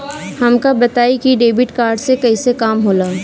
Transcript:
हमका बताई कि डेबिट कार्ड से कईसे काम होला?